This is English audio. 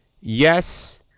yes